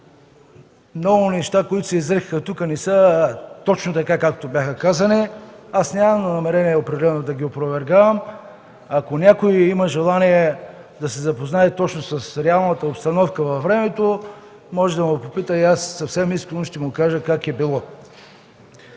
много неща, които се изрекоха тук, не са точно така, както бяха казани, аз нямам намерение определено да ги опровергавам. Ако някой има желание да се запознае точно с реалната обстановка във времето, може да ме попита и аз съвсем искрено ще му кажа как е било.